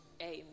amen